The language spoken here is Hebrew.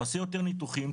תעשה יותר ניתוחים,